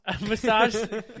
massage